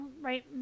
right